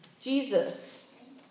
Jesus